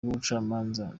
rw’ubucamanza